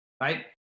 Right